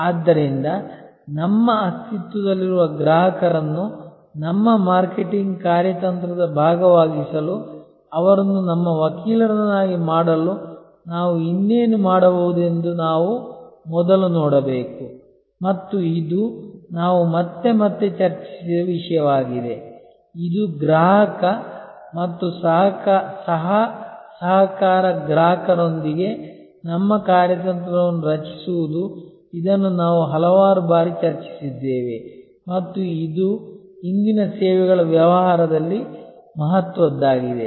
ಆದ್ದರಿಂದ ನಮ್ಮ ಅಸ್ತಿತ್ವದಲ್ಲಿರುವ ಗ್ರಾಹಕರನ್ನು ನಮ್ಮ ಮಾರ್ಕೆಟಿಂಗ್ ಕಾರ್ಯತಂತ್ರದ ಭಾಗವಾಗಿಸಲು ಅವರನ್ನು ನಮ್ಮ ವಕೀಲರನ್ನಾಗಿ ಮಾಡಲು ನಾವು ಇನ್ನೇನು ಮಾಡಬಹುದೆಂದು ನಾವು ಮೊದಲು ನೋಡಬೇಕು ಮತ್ತು ಇದು ನಾವು ಮತ್ತೆ ಮತ್ತೆ ಚರ್ಚಿಸಿದ ವಿಷಯವಾಗಿದೆ ಇದು ಗ್ರಾಹಕ ಮತ್ತು ಸಹ ಸಹಕಾರ ಗ್ರಾಹಕರೊಂದಿಗೆ ನಮ್ಮ ಕಾರ್ಯತಂತ್ರವನ್ನು ರಚಿಸುವುದು ಇದನ್ನು ನಾವು ಹಲವಾರು ಬಾರಿ ಚರ್ಚಿಸಿದ್ದೇವೆ ಮತ್ತು ಇದು ಇಂದಿನ ಸೇವೆಗಳ ವ್ಯವಹಾರದಲ್ಲಿ ಮಹತ್ವದ್ದಾಗಿದೆ